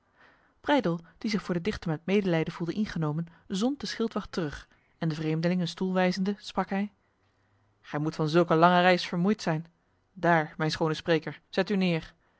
die zich voor de dichter met medelijden voelde ingenomen zond de schildwacht terug en de vreemdeling een stoel wijzende sprak hij gij moet van zulke lange reis vermoeid zijn daar mijn schone spreker zet u neer